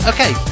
Okay